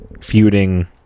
feuding